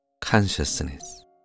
consciousness